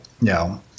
no